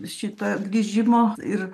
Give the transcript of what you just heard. šito grįžimo ir